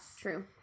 true